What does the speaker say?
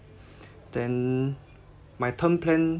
then my term plan